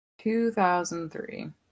2003